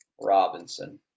Robinson